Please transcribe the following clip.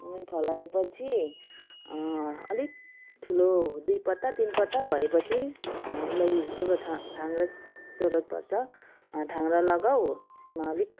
अनि फलाए पछि अलिक ठुलो दुई पत्ता तिन पत्ता भए पछि उसलाई एउटा था थाङ्ग्रो जरुरत पर्छ थाङ्ग्रो लगाऊ त्यसमा अलिक